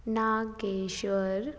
Nageshwar